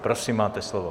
Prosím, máte slovo.